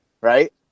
right